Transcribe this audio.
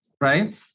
right